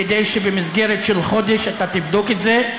כדי שבמסגרת של חודש אתה תבדוק את זה.